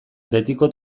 betiko